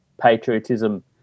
patriotism